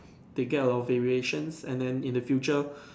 they get a lot of variation and then in the future